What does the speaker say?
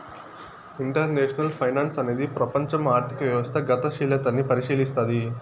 international finance అనేది ప్రపంచం ఆర్థిక వ్యవస్థ గతిశీలతని పరిశీలస్తది